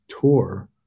tour